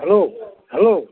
hello hello